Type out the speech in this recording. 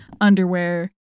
underwear